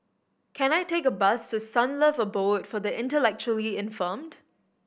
can I take a bus to Sunlove Abode for the Intellectually Infirmed